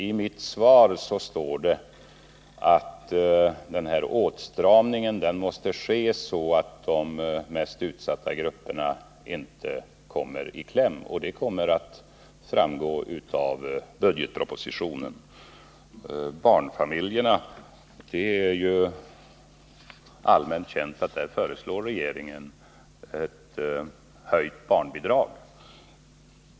I mitt svar står det att åtstramningen måste ske så att de mest utsatta grupperna inte kommer i kläm, och det kommer att framgå av budgetpropositionen. Det är allmänt känt att regeringen för barnfamiljerna föreslår ett höjt barnbidrag.